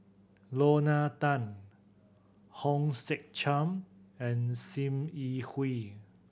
Lorna Tan Hong Sek Chern and Sim Yi Hui